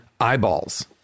eyeballs